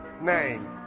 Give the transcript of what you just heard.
name